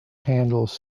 handles